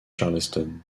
charleston